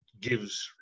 gives